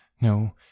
No